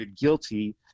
guilty